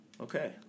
Okay